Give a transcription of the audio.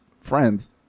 friends